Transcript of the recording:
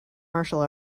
martial